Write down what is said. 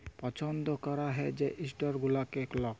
পছল্দ ক্যরা হ্যয় যে ইস্টক গুলানকে লক